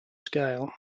scale